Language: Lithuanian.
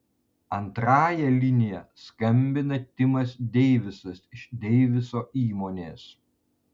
antrąja linija skambina timas deivisas iš deiviso įmonės